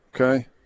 Okay